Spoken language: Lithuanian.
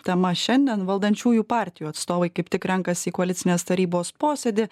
tema šiandien valdančiųjų partijų atstovai kaip tik renkasi į koalicinės tarybos posėdį